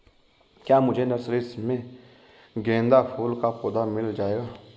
क्या मुझे नर्सरी में गेंदा फूल का पौधा मिल जायेगा?